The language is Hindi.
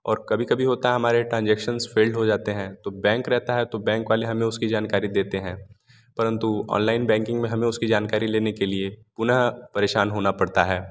और कभी कभी होता है हमारे ट्रांजंक्शनस फेल्ड हो जाते है तो बैंक रहता है तो बैंक वाले उसकी जानकारी देते है परन्तु ऑनलाइन बैंकिंग हमें उसकी जानकारी लेने के लिए पुनः परेशान होना पड़ता है